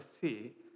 see